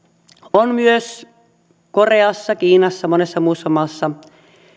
on myös koreassa kiinassa monessa muussa maassa